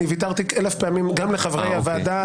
אני ויתרתי אלף פעמים גם לחברי הוועדה,